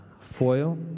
foil